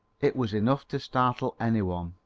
it was enough to startle any one,